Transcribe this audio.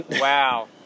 wow